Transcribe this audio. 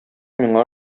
миңа